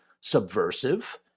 subversive